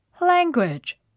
Language